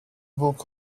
book